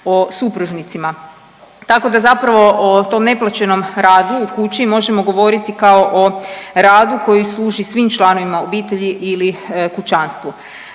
i supružnicima. Tako da zapravo o tom neplaćenom radu u kući možemo govoriti kao o radu koji služi svim članovima obitelji ili kućanstvu.